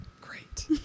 Great